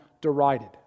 derided